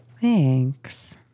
thanks